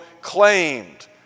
claimed